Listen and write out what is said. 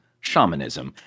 shamanism